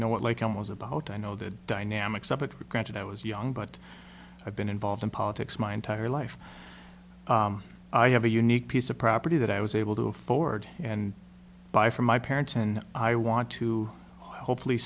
know what like i was about i know the dynamics of it granted i was young but i've been involved in politics my entire life i have a unique piece of property that i was able to afford and buy from my parents and i want to hopefully